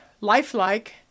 lifelike